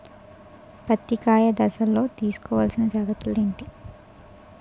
పత్తి కాయ దశ లొ తీసుకోవల్సిన జాగ్రత్తలు ఏంటి?